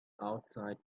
outside